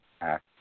act